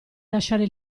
lasciare